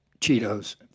Cheetos